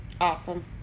Awesome